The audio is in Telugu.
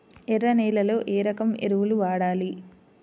ఎర్ర నేలలో ఏ రకం ఎరువులు వాడాలి?